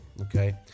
Okay